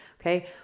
Okay